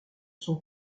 son